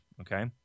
okay